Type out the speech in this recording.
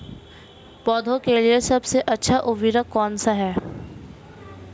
पौधों के लिए सबसे अच्छा उर्वरक कौनसा हैं?